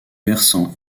versant